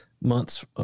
months